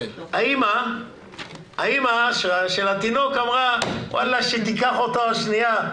האימא של התינוק אמרה: שתיקח אותו השנייה,